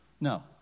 No